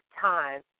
time